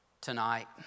tonight